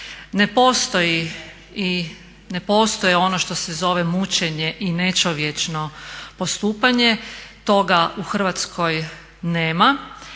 Ne postoji i ne postoji ono što se zove mučenje i nečovječno postupanje, toga u Hrvatskoj nema